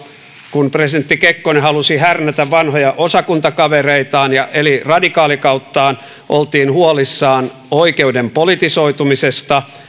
kun presidentti kekkonen halusi härnätä vanhoja osakuntakavereitaan ja eli radikaalikauttaan oltiin huolissaan oikeuden politisoitumisesta